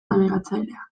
nabigatzailea